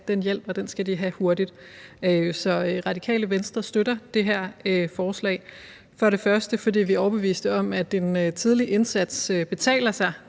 den hjælp, og den skal de have hurtigt. Så Radikale Venstre støtter det her forslag, bl.a. fordi vi er overbeviste om, at en tidlig indsats betaler sig.